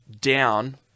down